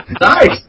Nice